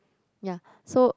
ya so